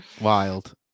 Wild